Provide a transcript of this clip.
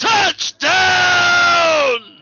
Touchdown